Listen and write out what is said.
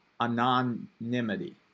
anonymity